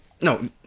no